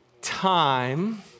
time